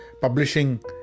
publishing